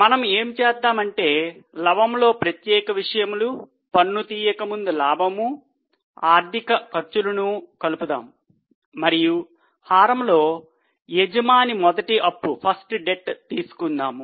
మనము ఏం చేద్దాం అంటే లవము లో ప్రత్యేక విషయములు పన్ను తీయక ముందు లాభము ఆర్థిక ఖర్చులను కలుపుదాం మరియు హారములో యజమాని మొదటి అప్పు తీసుకుందాం